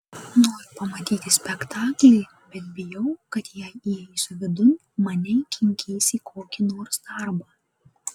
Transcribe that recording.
noriu pamatyti spektaklį bet bijau kad jei įeisiu vidun mane įkinkys į kokį nors darbą